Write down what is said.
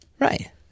Right